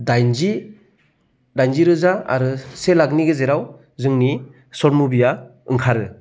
दायनजि दायनजिरो जा आरो से लाखनि गेजेराव जोंनि सर्ट मुभिया ओंखारो